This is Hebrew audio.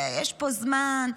ויש פה זמן,